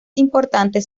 importantes